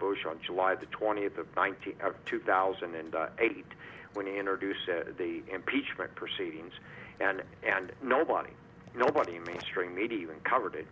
bush on july the twentieth of ninety two thousand and eight when introducing the impeachment proceedings and and nobody nobody mainstream media even covered it